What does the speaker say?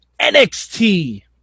NXT